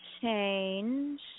change